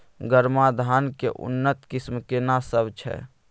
गरमा धान के उन्नत किस्म केना सब छै?